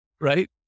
right